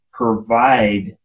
provide